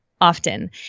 often